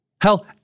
Hell